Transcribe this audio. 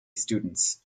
students